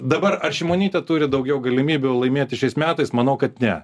dabar ar šimonytė turi daugiau galimybių laimėti šiais metais manau kad ne